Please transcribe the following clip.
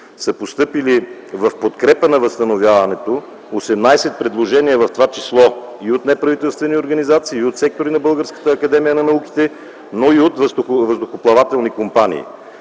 са постъпили в подкрепа на възстановяването 18 предложения, в това число от неправителствени организации, от сектори на Българската академия на науките, но и от въздухоплавателни компании.